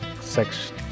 sex